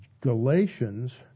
Galatians